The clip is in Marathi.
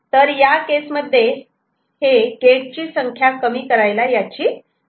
तर या केस मध्ये हे गेट ची संख्या कमी करायला याची मदत होते